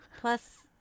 Plus